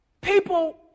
People